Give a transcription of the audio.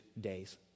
days